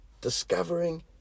discovering